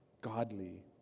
godly